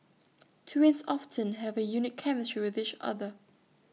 twins often have A unique chemistry with each other